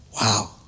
wow